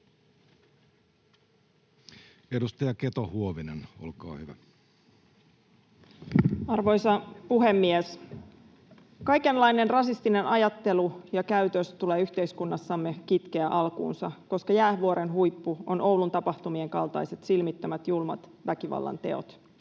Edustaja Keto-Huovinen, olkaa hyvä. Arvoisa puhemies! Kaikenlainen rasistinen ajattelu ja käytös tulee yhteiskunnassamme kitkeä alkuunsa, koska jäävuoren huippu on Oulun tapahtumien kaltaiset silmittömät julmat väkivallanteot.